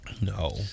No